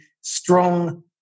strong